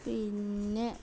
പിന്നെ